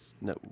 No